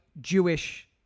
Jewish